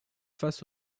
face